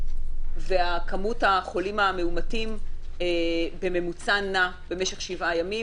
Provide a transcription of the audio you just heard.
כמות החולים המאומתים בממוצע נע במשך שבעה ימים,